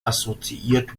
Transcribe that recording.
assoziiert